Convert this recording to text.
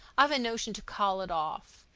i've a notion to call it off.